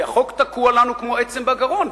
כי החוק תקוע לנו כמו עצם בגרון.